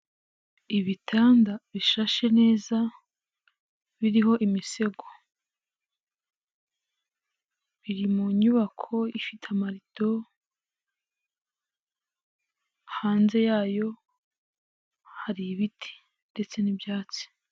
Ibitanda bishashe neza biriho imisego. Biri mu nyubako ifite amarido, hanze yayo hari ibiti ndetse n'ibyatsi.